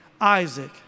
Isaac